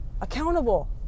accountable